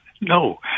No